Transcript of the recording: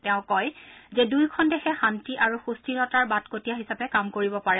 তেওঁ কয় যে দুয়োখন দেশে শান্তি আৰু সুস্থিৰতাৰ বাবে বাটকটীয়া হিচাপে কাম কৰিব পাৰে